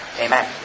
Amen